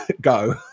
go